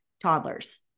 toddlers